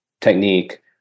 technique